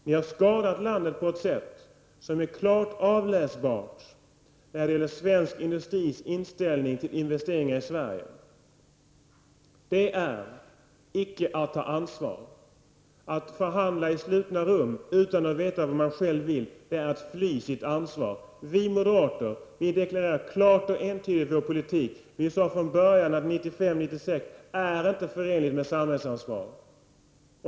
Ni har skadat landet på ett sätt som är klart avläsbart när detgäller svensk industris inställning till investeringar i Sverige. Detta är icke att ta ansvar. Det är att fly sitt ansvar när man förhandlar i slutna rum utan att veta vad man själv vill. Vi moderater deklarerar klart och entydigt vår politik. Vi sade från början att 1995--1996 inte är förenligt med ett samhällsansvar.